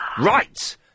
Right